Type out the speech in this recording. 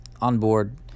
onboard